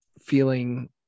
feeling